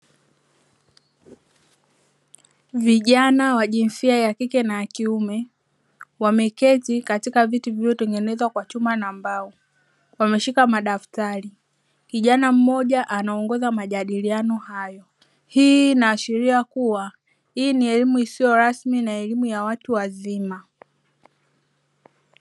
Vijana wa jinsia ya kike na ya kiume; wameketi katika viti vilivyotengenezwa kwa chuma na mbao, wameshika madaftari, kijana mmoja anaongoza majadiliano hayo. Hii inaashiria kuwa hii ni elimu isiyo rasmi na elimu ya watu wazima.